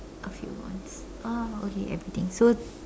a few ones oh okay everything so